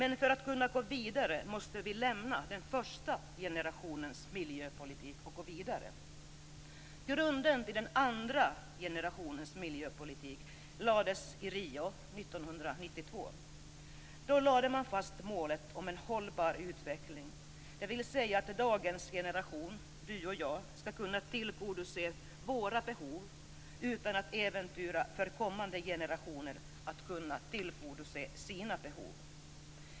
Men för att kunna gå vidare måste vi lämna den första generationens miljöpolitik. Grunden till den andra generationens miljöpolitik lades i Rio 1992.